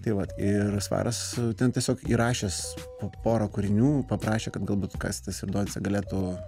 tai vat ir svaras ten tiesiog įrašęs po porą kūrinių paprašė kad galbūt kastis ir doncė galėtų